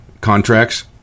contracts